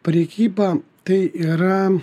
prekyba tai yra